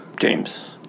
James